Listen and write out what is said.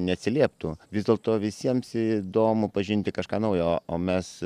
neatsilieptų vis dėlto visiems įdomu pažinti kažką naujo o mes